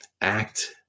Act